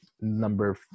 Number